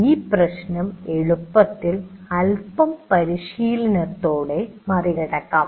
ഈ പ്രശ്നം എളുപ്പത്തിൽ അൽപം പരിശീലനത്തിലൂടെ മറികടക്കാം